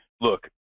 look